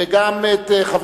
רבותי חברי